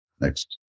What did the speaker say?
Next